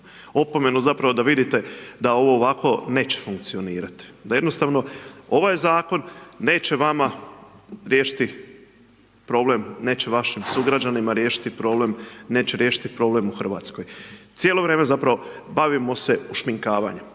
Opomenu zapravo da vidite, da ovo ovako neće funkcionirati. Da jednostavno ovaj zakon neće vama riješiti problem neće vašim sugrađanima riješiti problem, neće riješiti problem u Hrvatskoj. Cijelo vrijeme zapravo bavimo se ušminkavanjem.